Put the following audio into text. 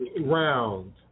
round